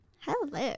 Hello